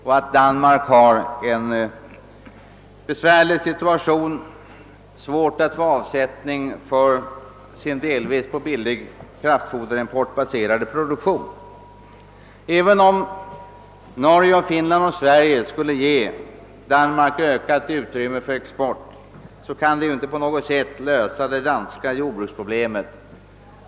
Danmark befinner sig i en besvärlig situation och har svårt att få avsättning för sin delvis på billig kraftfoderimport baserade produktion. även om Norge, Finland och Sverige skulle ge Danmark ökat utrymme för export, skulle detta inte på något sätt kunna lösa det danska jordbruksproblemet.